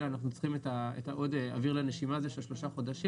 אלא אנחנו צריכים את האוויר לנשימה הזה עד ה-1 באוקטובר.